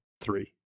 three